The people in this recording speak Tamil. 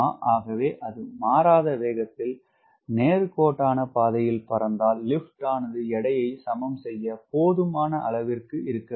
ஆகவே அது மாறாத வேகத்தில் நேர் கோட்டான பாதையில் பறந்தால் லிப்ட் ஆனது எடையை சமன் செய்ய போதுமான அளவிற்கு இருக்கவேண்டும்